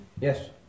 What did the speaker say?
Yes